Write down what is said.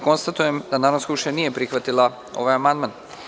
Konstatujem da Narodna skupština nije prihvatila ovaj amandman.